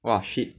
!wah! shit